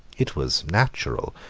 it was natural,